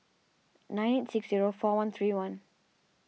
nine six zero four one three one